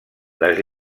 les